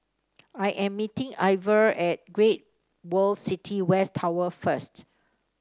I am meeting Iver at Great World City West Tower first